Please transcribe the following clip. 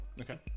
Okay